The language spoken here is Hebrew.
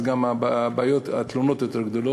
אז גם התלונות רבות יותר.